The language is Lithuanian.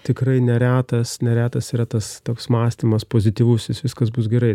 tikrai neretas neretas yra tas toks mąstymas pozityvus jis viskas bus gerai